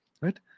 right